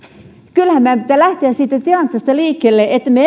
kyllähän meidän pitää lähteä siitä tilanteesta liikkeelle että me